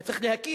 היה צריך להכיר